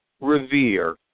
revere